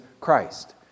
Christ